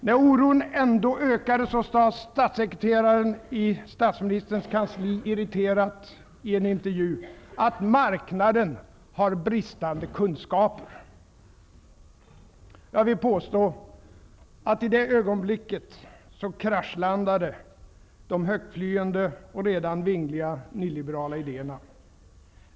När oron ändå ökade sade statssekreteraren i statsministerns kansli irriterat i en intervju att marknaden har bristande kunskaper. Jag vill påstå att i det ögonblicket kraschlandade de högtflyende och redan vingliga nyliberala idéerna.